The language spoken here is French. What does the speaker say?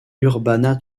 urbana